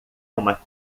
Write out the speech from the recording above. uma